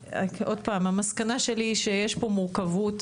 המסקנה שלי שיש פה מורכבות.